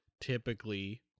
typically